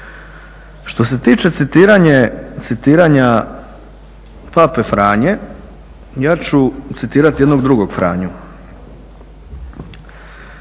Što se tiče citiranja pape Franje, ja ču citirati jednog drugog Franju.